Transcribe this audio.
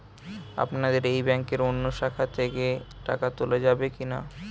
আপনাদের এই ব্যাংকের অন্য শাখা থেকে টাকা তোলা যাবে কি না?